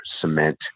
cement